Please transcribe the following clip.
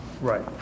Right